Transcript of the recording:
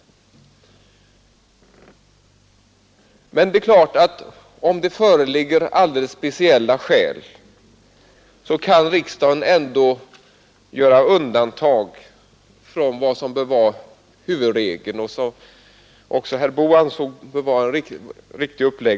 Men det är klart att om det föreligger alldeles speciella skäl, kan riksdagen ändå göra undantag från vad som bör vara huvudregeln, som också herr Boo ansåg vara riktig.